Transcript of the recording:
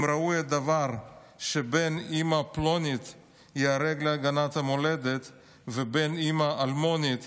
אם ראוי הדבר שבן אימא פלונית ייהרג להגנת המולדת ובן אימא אלמונית